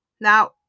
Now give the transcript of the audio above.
Now